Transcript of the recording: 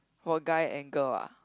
for guy and girl ah